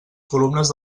columnes